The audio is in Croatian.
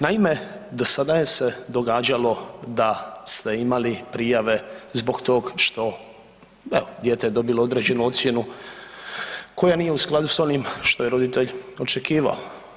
Naime, do sada se događalo da ste imali prijave zbog tog što evo dijete je dobilo određenu ocjenu koja nije u skladu sa onim što je roditelj očekivao.